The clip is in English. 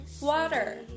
water